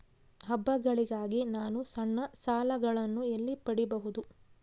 ಹಬ್ಬಗಳಿಗಾಗಿ ನಾನು ಸಣ್ಣ ಸಾಲಗಳನ್ನು ಎಲ್ಲಿ ಪಡಿಬಹುದು?